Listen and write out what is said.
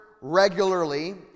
regularly